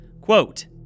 Quote